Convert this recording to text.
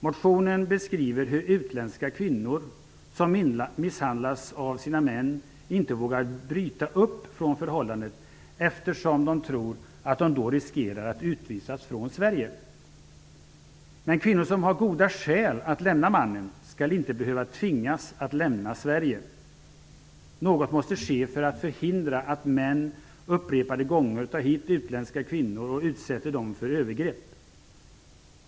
Motionen beskriver hur utländska kvinnor som misshandlas av sina män inte vågar bryta upp från sina förhållanden, eftersom de tror att de då riskerar att utvisas från Sverige. Men en kvinna som har goda skäl att lämna mannen skall inte behöva tvingas att lämna Sverige. Något måste ske för att förhindra att män upprepade gånger tar hit utländska kvinnor och utsätter dem för övergrepp.